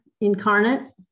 incarnate